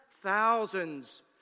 Thousands